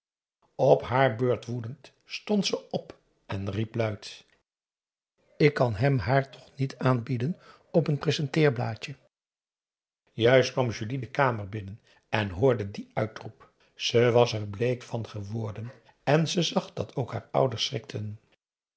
op haar beurt woedend stond ze op en riep luid ik kan hem haar toch niet aanbieden op een presenteerblaadje p a daum hoe hij raad van indië werd onder ps maurits juist kwam julie de kamer binnen en hoorde dien uitroep ze was er bleek van geworden en ze zag dat ook haar ouders